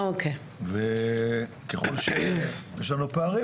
וככל שיש לנו פערים,